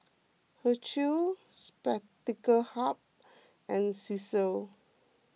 Herschel Spectacle Hut and Cesar